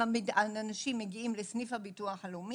אם אנשים מגיעים לסניף הביטוח הלאומי,